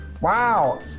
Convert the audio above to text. Wow